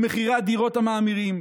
במחירי הדירות המאמירים,